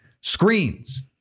Screens